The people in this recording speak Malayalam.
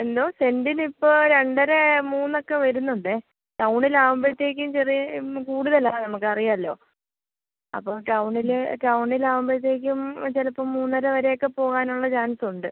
എന്തോ സെൻറ്റിനിപ്പോൾ രണ്ടര മൂന്നൊക്കെ വരുന്നുണ്ട് ടൗണിലാവുമ്പോഴത്തേക്കും ചെറിയ കൂടുതലാണ് നമുക്കറിയാലോ അപ്പോൾ ടൗണിൽ ടൗണിലാവുമ്പോഴത്തേക്കും ചിലപ്പം മൂന്നര വരെയൊക്കെ പോകാനുള്ള ചാൻസുണ്ട്